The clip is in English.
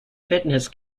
fitness